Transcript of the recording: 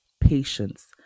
patience